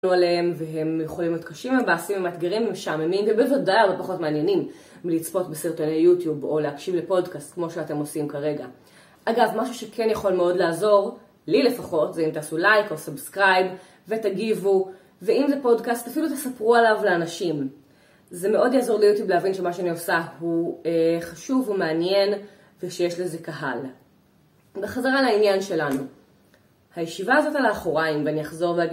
והם יכולים להיות קשים מבעסים ומאתגרים ומשעממים ובוודאי הרבה פחות מעניינים מלצפות בסרטוני יוטיוב או להקשיב לפודקאסט כמו שאתם עושים כרגע, אגב, משהו שכן יכול מאוד לעזור, לי לפחות, זה אם תעשו לייק או סאבסקרייב ותגיבו, ואם זה פודקאסט אפילו תספרו עליו לאנשים, זה מאוד יעזור ליוטיוב להבין שמה שאני עושה הוא חשוב ומעניין ושיש לזה קהל, בחזרה לעניין שלנו, הישיבה הזאת על האחוריים ואני יחזור